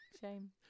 Shame